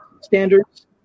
standards